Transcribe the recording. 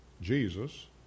Jesus